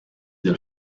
del